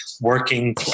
working